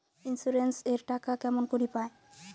Insurance এর টাকা কেমন করি পাম?